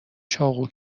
چاقو